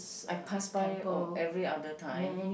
I pass by oh every other time